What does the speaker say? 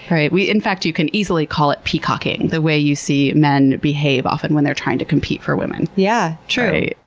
right. we, in fact, you can easily call it peacocking the way you see men behave often when they're trying to compete for women. yeah, true.